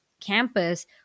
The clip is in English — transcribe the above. campus